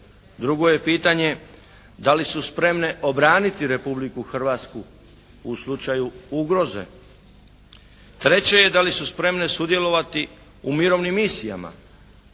Drugo je pitanje da li su spremne obraniti Republiku Hrvatsku u slučaju ugroze? Treće je da li su spremne sudjelovati u mirovnim misijama?